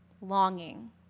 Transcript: longing